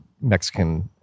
Mexican